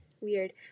weird